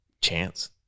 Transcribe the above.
chance